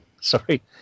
Sorry